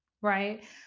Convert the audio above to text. right